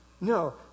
No